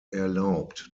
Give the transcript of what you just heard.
erlaubt